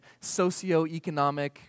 socioeconomic